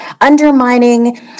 undermining